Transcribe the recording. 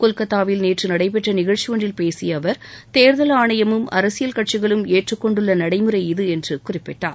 கொல்கத்தாவில் நேற்று நடைபெற்ற நிகழ்ச்சி ஒன்றில் பேசிய அவர் தேர்தல் ஆணையமும் அரசியல் கட்சிகளும் ஏற்றுக்கொண்டுள்ள நடைமுறை இது என்று குறிப்பிட்டார்